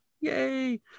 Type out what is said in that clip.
Yay